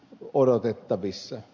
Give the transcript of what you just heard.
afganistanista